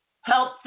help